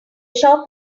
shop